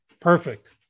Perfect